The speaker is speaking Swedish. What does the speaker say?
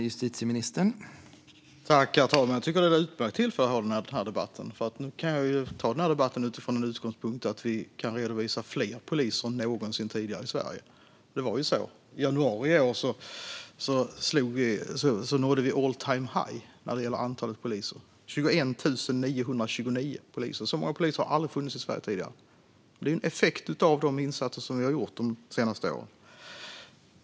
Herr talman! Jag tycker att det är ett utmärkt tillfälle att ha den här debatten, för nu kan jag ta den från utgångspunkten att vi kan redovisa fler poliser än någonsin tidigare i Sverige. Det är ju så. I januari i år nådde vi all-time-high när det gäller antalet poliser - 21 929 poliser. Så många poliser har aldrig funnits i Sverige tidigare. Det är en effekt av de insatser vi gjort de senaste åren.